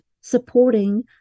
supporting